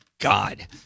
God